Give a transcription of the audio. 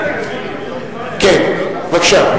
בבקשה.